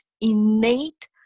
innate